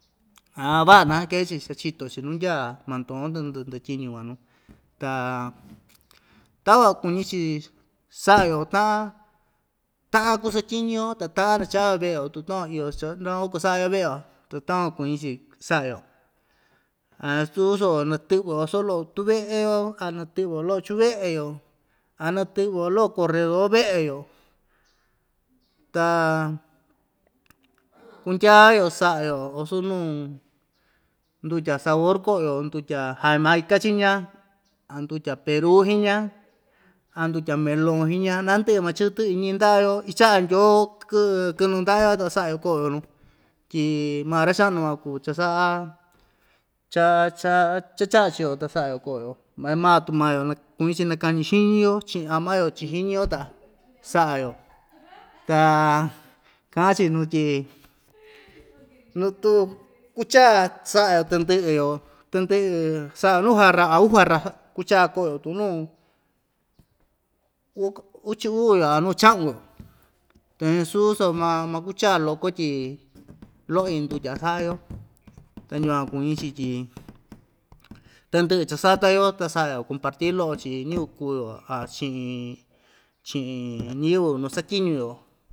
Aan va'a tan kee‑chi chachito‑chi nu ndyaa manton tɨndɨ'ɨ ndatyiñu van nuu ta takuan kuñi‑chi sa'a‑yo ta'an ta'an kusatyiñu‑yo ta ta'an nachaa‑yo ve'e‑yo tu takuan iyo cha naku kuasa'a‑yo ve'e‑yo tu takuan kuñi‑chi sa'a‑yo a ñasu so natɨ'vɨ‑yo vasu lo'o tuve'e‑yo a natɨ'vɨ‑yo lo'o chuve'e‑yo a natɨ'vɨ‑yo lo'o koredor ve'e‑yo ta kundya‑yo sa'a‑yo asu nuu ndutya sabor ko'o‑yo ndutya jamaica chiña a ndutya peru hiña a ndutya melon hiña nandɨ'ɨ‑ma chɨtɨ iñi'i nda'a‑yo icha'a ndyoo kɨ'ɨ kɨ'ɨ nunda'a‑yo ta sa'a‑yo ko'o‑yo nuu tyi maa ra‑cha'nu van kuu cha‑sa'a cha cha cha‑cha'a chio ta sa'a‑yo ko'o‑yo mañi maa tuu maa‑yo na kuñi‑chi nakañi xiñi‑yo chi'in ama‑yo chi'in xiñi‑yo ta sa'a‑yo ta ka'an‑chi nu tyi kucha'a sa'a‑yo tɨndɨ'ɨ‑yo tɨndɨ'ɨ sa'a‑yo nuu jarra a uu jarra kuchaa ko'o‑yo tu nuu uchi uu‑yo a nuu cha'un‑yo tu ñasu so ma makucha loko tyi lo'o‑ñi ndutya isa'a‑yo ta yukuan kuñi‑chi tyi tandɨ'ɨ cha‑sata‑yo ta sa'a‑yo compartir lo'o chi'in ñɨvɨ kuu‑yo a chi'in chi'in ñɨvɨ nu satyiñu‑yo.